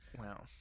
Wow